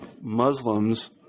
Muslims